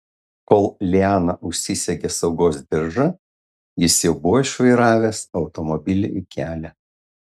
kol liana užsisegė saugos diržą jis jau buvo išvairavęs automobilį į kelią